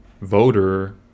voter